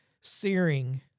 searing